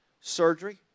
surgery